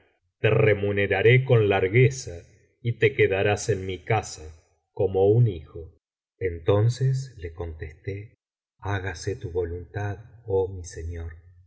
te remuneraré con largueza y té quedarás en mi casa como un hijo entonces le contesté hágase tu voluntad oh mi señor